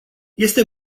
este